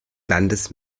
landes